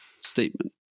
statement